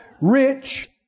Rich